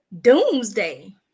doomsday